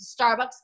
Starbucks